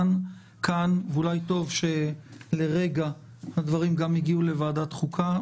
אולי טוב לרגע שהדברים הגיעו לוועדת חוקה,